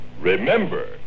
Remember